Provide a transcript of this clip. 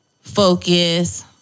focus